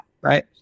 right